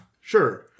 sure